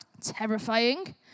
terrifying